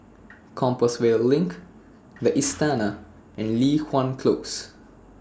Compassvale LINK The Istana and Li Hwan Close